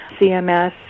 CMS